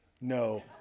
no